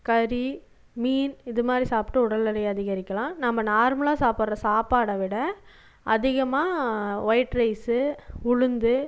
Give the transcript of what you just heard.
கறி மீன் இதுமாதிரி சாப்பிட்டு உடல் எடையை அதிகரிக்கலாம் நம்ம நார்மலாக சாப்பிட்ற சாப்பாடை விட அதிகமாக வொய்ட் ரைஸு உளுந்து